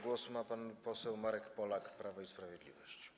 Głos ma pan poseł Marek Polak, Prawo i Sprawiedliwość.